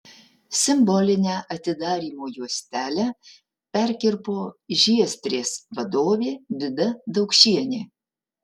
simbolinę atidarymo juostelę perkirpo žiezdrės vadovė vida daukšienė